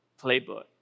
playbook